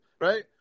Right